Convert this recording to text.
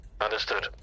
Understood